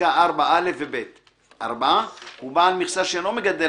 פסקה (4)(א) ו-(ב); הוא בעל מכסה שאינו מגדל